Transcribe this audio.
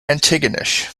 antigonish